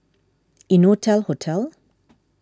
Innotel Hotel